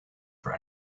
for